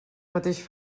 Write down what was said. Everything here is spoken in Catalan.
mateix